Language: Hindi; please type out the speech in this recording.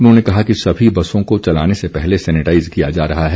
उन्होंने कहा कि सभी बसों को चलने से पहले सैनिटाइज किया जा रहा है